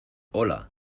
hola